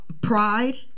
Pride